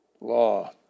law